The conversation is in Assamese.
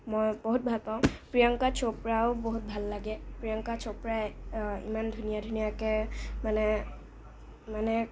মই বহুত ভালপাওঁ প্ৰিয়ংকা চোপ্ৰাও বহুত ভাল লাগে প্ৰিয়ংকা চোপ্ৰাই ইমান ধুনীয়া ধুনীয়াকৈ মানে মানে